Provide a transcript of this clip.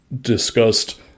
discussed